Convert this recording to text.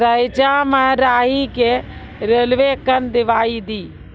रेचा मे राही के रेलवे कन दवाई दीय?